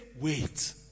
wait